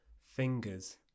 fingers